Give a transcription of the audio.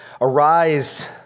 Arise